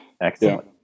Excellent